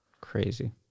Crazy